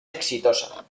exitosa